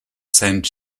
saint